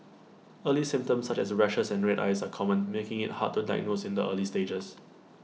early symptoms such as rashes and red eyes are common making IT hard to diagnose in the early stages